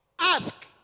Ask